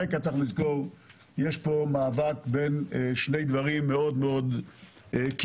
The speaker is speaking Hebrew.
ברקע צריך לזכור שיש פה מאבק בין שני דברים מאוד מאוד קיומיים: